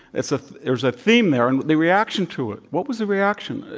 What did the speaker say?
it's a there's a theme there and the reaction to it. what was the reaction?